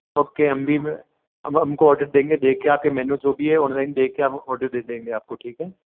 okay हम भी मैं अब हम को ऑर्डर देंगे देख के आपके मेनू जो भी है ऑनलाइन देख के हम ऑर्डर दे देंगे आपको ठीक है